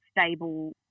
stable